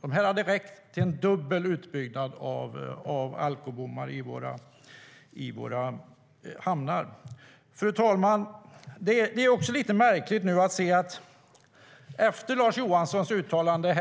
De pengarna skulle ha räckt till en dubbel utbyggnad av alkobommar i våra hamnar. Fru talman! Efter Lars Johanssons uttalande